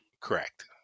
correct